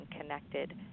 connected